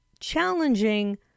challenging